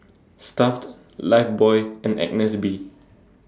Stuff'd Lifebuoy and Agnes B